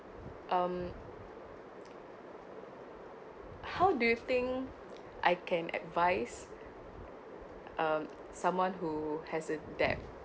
um how do you think I can advice um someone who has a debt